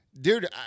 Dude